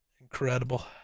Incredible